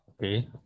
okay